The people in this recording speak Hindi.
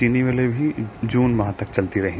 चीनी मिले जून माह तक चलती रही